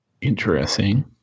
Interesting